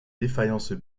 défaillance